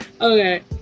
okay